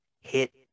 hit